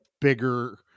bigger